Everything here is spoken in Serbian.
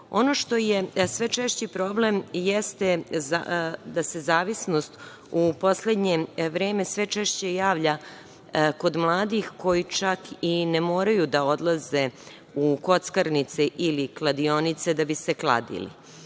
što je sve češći problem jeste da se zavisnost u poslednje vreme sve češće javlja kod mladih koji čak i ne moraju da odlaze u kockarnice ili kladionice da bi se kladili.